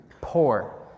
poor